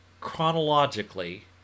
chronologically